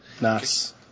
nice